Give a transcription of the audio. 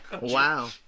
Wow